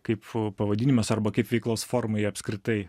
kaip pavadinimas arba kaip veiklos formai apskritai